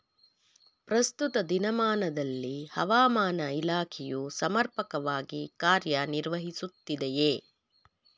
ಪ್ರಸ್ತುತ ದಿನಮಾನದಲ್ಲಿ ಹವಾಮಾನ ಇಲಾಖೆಯು ಸಮರ್ಪಕವಾಗಿ ಕಾರ್ಯ ನಿರ್ವಹಿಸುತ್ತಿದೆಯೇ?